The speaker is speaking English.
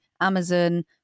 Amazon